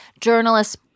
journalists